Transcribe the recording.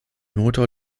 motor